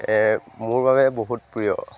মোৰ বাবে বহুত প্ৰিয়